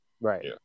right